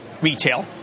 retail